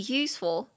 useful